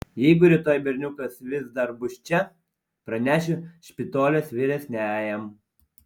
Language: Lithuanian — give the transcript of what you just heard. jeigu rytoj berniukas vis dar bus čia pranešiu špitolės vyresniajam